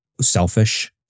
selfish